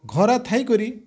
ଘର ଥାଇ କରି